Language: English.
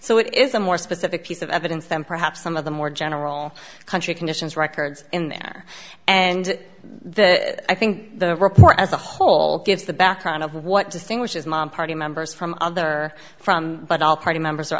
so it is a more specific piece of evidence than perhaps some of the more general country conditions records in there and i think the report as a whole gives the background of what distinguishes mom party members from other from but all party members or